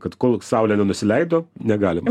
kad kol saulė nenusileido negalima